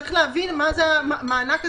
צריך להבין מה זה המענק הזה.